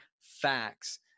facts